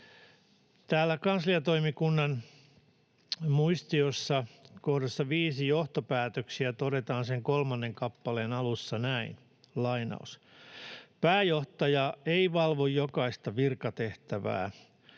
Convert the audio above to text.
Täällä kansliatoimikunnan muistiossa kohdassa ”5. Johtopäätöksiä” todetaan sen kolmannen kappaleen alussa näin: ”Pääjohtaja ei valvo jokaista virkatehtävää,